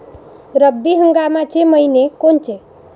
रब्बी हंगामाचे मइने कोनचे?